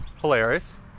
Hilarious